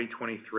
2023